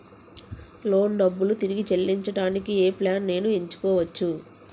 Loan డబ్బులు తిరిగి చెల్లించటానికి ఏ ప్లాన్ నేను ఎంచుకోవచ్చు?